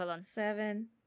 seven